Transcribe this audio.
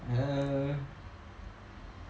err